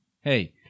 hey